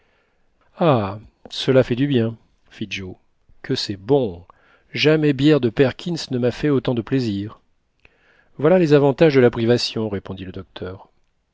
cela fait du bien fit joe que c'est bon jamais bière de perkins ne m'a fait autant de plaisir voilà les avantages de la privation répondit le docteur